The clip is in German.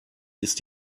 ist